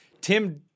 Tim